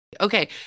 Okay